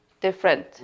different